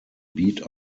beat